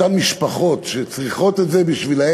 אותן משפחות שצריכות את זה, בשבילן